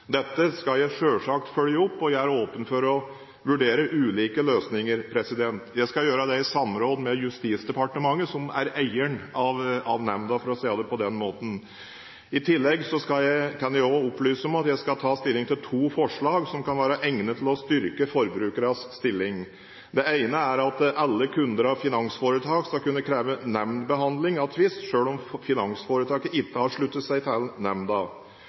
Dette skal jeg selvsagt følge opp, og jeg er åpen for å vurdere ulike løsninger. Jeg skal gjøre det i samråd med Justisdepartementet, som er eieren av nemnda – for å si det på den måten. I tillegg kan jeg opplyse om at jeg skal ta stilling til to forslag som kan være egnet til å styrke forbrukernes stilling. Det ene er at alle kunder av finansforetak skal kunne kreve nemndbehandling av en tvist, selv om finansforetaket ikke har sluttet seg til nemnda.